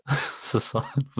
society